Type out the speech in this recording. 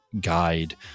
guide